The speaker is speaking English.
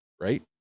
right